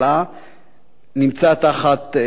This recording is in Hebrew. תחת אחריותך,